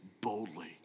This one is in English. boldly